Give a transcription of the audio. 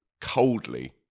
coldly